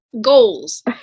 goals